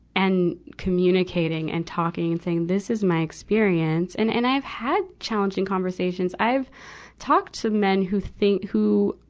and communicating and talking and saying, this is my experience. and, and i've had challenging conversations. i've talked to men who think, who,